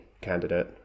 candidate